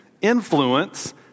influence